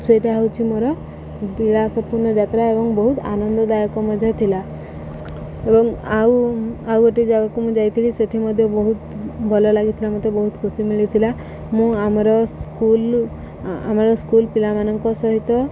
ସେଇଟା ହେଉଛି ମୋର ବିଳାସପୂର୍ଣ୍ଣ ଯାତ୍ରା ଏବଂ ବହୁତ ଆନନ୍ଦଦାୟକ ମଧ୍ୟ ଥିଲା ଏବଂ ଆଉ ଆଉ ଗୋଟେ ଜାଗାକୁ ମୁଁ ଯାଇଥିଲି ସେଇଠି ମଧ୍ୟ ବହୁତ ଭଲ ଲାଗିଥିଲା ମତେ ବହୁତ ଖୁସି ମିଳିଥିଲା ମୁଁ ଆମର ସ୍କୁଲ୍ ଆମର ସ୍କୁଲ୍ ପିଲାମାନଙ୍କ ସହିତ